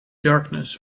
darkness